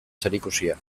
zerikusia